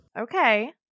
Okay